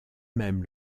mêmes